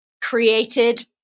created